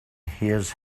his